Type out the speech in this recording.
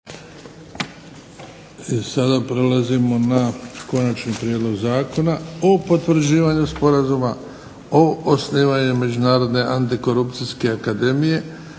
sada prelazimo na - Konačni prijedlog zakona o potvrđivanju Sporazuma o osnivanju Međunarodne antikorupcijske akademije